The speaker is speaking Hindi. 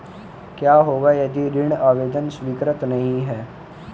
क्या होगा यदि ऋण आवेदन स्वीकृत नहीं है?